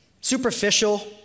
superficial